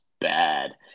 bad